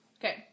Okay